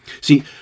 See